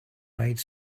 made